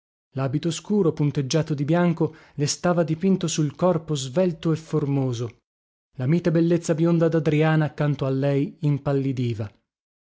labito scuro punteggiato di bianco le stava dipinto sul corpo svelto e formoso la mite bellezza bionda dadriana accanto a lei impallidiva